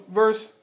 verse